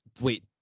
wait